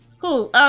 Cool